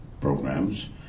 programs